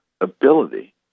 ability